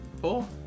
four